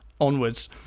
onwards